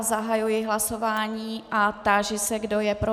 Zahajuji hlasování a táži se kdo je pro.